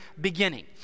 beginning